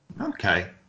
Okay